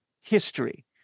history